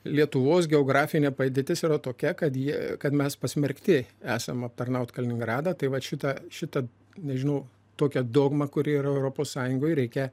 lietuvos geografinė padėtis yra tokia kad jie kad mes pasmerkti esam aptarnaut kaliningradą tai vat šitą šitą nežinau tokią dogmą kuri yra europos sąjungoj reikia